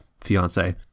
Fiance